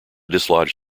dislodge